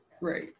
Right